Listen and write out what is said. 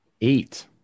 Eight